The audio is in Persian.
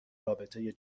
رابطه